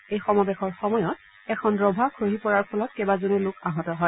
এই সমাৱেশৰ সময়ত এখন ৰভা খহি পৰাৰ ফলত কেবাজনো লোক আহত হয়